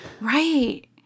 Right